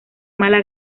mala